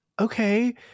Okay